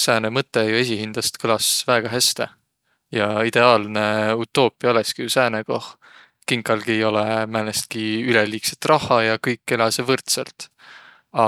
Sääne mõtõq jo esiqhindäst kõlas peris häste ja ideaalnõ utoopia jo olõskiq sääne, koh kinkalgi ei olõq määnestki üleliigset rahha ja kõik eläseq võrdsõlt.